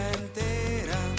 entera